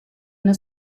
una